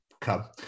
come